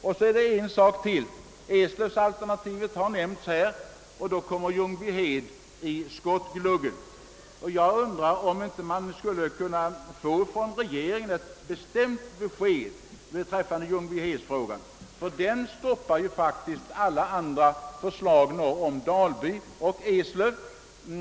Sedan har också Eslöv-alternativet nämnts, och då kommer Ljungbyhed i skottgluggen. Jag undrar om vi inte skulle kunna få ett bestämt besked från regeringen beträffande flygskolan i Ljungbyhed, eftersom denna lägger hinder i vägen för alla förslag norr om Dalby och i Eslövs-trakten.